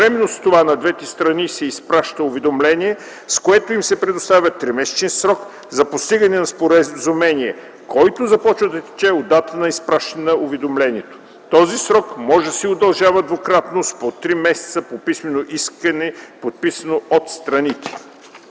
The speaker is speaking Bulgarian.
Едновременно с това на двете страни се изпраща уведомление, с което им се предоставя тримесечен срок за постигане на споразумение, който започва да тече от датата на изпращане на уведомлението. Този срок може да се удължава двукратно с по три месеца по писмено искане, подписано от страните.